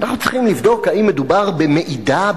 אנחנו צריכים לבדוק אם מדובר במעידה,